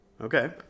Okay